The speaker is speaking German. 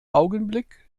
augenblick